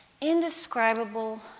indescribable